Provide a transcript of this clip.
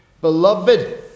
Beloved